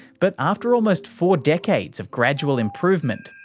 but after almost four decades of gradual improvement,